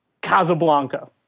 Casablanca